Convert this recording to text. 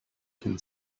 can